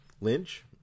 Lynch